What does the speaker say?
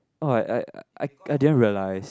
oh I I I didn't realise